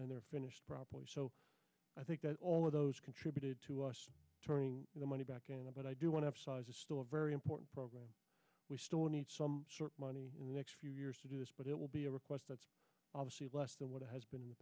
and they're finished properly so i think that all of those contributed to turning the money back into but i do want to still a very important program we still need some sort of money next few years to do this but it will be a request that's obviously less the what has been